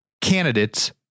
candidates